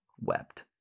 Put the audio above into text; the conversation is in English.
wept